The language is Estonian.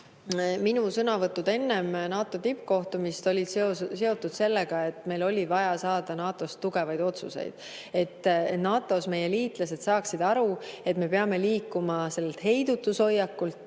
minu sõnavõtud enne NATO tippkohtumist olid seotud sellega, et meil oli vaja saada NATO‑st tugevaid otsuseid, et NATO‑s meie liitlased saaksid aru, et me peame liikuma heidutushoiakult